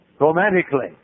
romantically